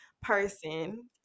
person